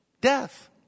Death